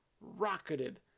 rocketed